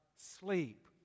sleep